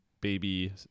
baby